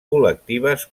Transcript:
col·lectives